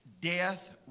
death